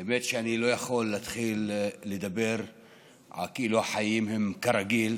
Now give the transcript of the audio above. האמת היא שאני לא יכול להתחיל לדבר כאילו החיים הם כרגיל,